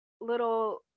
little